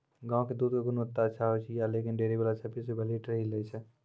गांव के दूध के गुणवत्ता अच्छा होय या लेकिन डेयरी वाला छब्बीस रुपिया लीटर ही लेय छै?